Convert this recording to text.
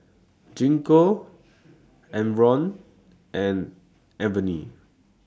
Gingko Enervon and Avene